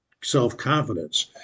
self-confidence